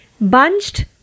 Bunched